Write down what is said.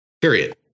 period